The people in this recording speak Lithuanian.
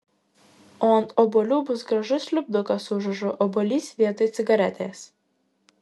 o ant obuolių bus gražus lipdukas su užrašu obuolys vietoj cigaretės